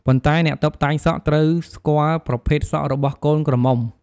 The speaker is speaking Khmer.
ប៉ុន្តែអ្នកតុបតែងសក់ត្រូវស្គាល់ប្រភេទសក់របស់កូនក្រមុំ។